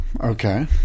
Okay